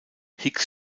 hicks